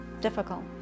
difficult